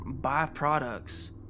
byproducts